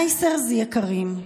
Nicers יקרים,